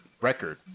record